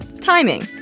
timing